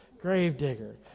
Gravedigger